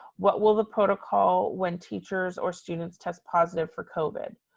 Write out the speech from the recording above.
what will the protocol when teachers or students test positive for covid?